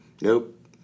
Nope